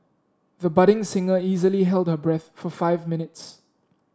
the budding singer easily held her breath for five minutes